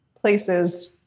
places